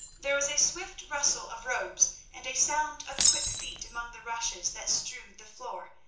there was a swift rustle of robes and a sound of quick feet among the rushes that strewed the floor,